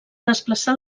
desplaçar